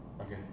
Okay